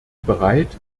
bereit